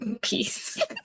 Peace